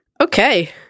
Okay